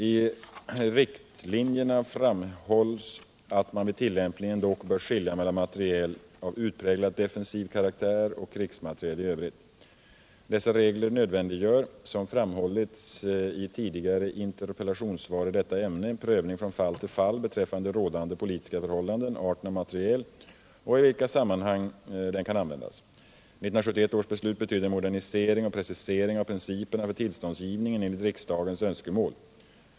I riktlinjerna framhålls att man vid tillämpningen dock bör skilja mellan materiel av utpräglat defensiv karaktär och krigsmateriel i övrigt. Dessa regler nödvändiggör, som framhållits i tidigare interpellationssvar i detta ämne, en prövning från fall till fall beträffande rådande politiska förhållanden, arten av materiel och i vilka sammanhang den kan användas. 1971 års beslut betydde en modernisering och precisering av principerna för tillståndsgivningen enligt riksdagens önskemål.